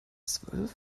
zwölf